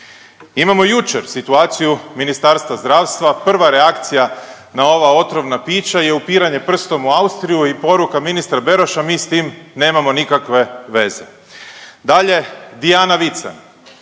Imamo jučer situaciju Ministarstva zdravstva, prva reakcija na ova otrovna pića je upiranje prstom u Austriju i poruka ministra Beroša mi s tim nemamo nikakve veze. Dalje, Dijana Vican,